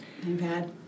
iPad